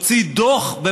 הוציא דוח,